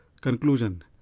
Conclusion